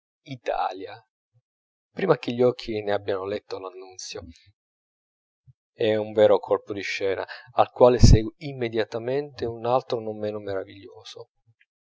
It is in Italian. dicono italia prima che gli occhi ne abbiano letto l'annunzio è un vero colpo di scena al quale segue immediatamente un altro non meno meraviglioso